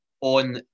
on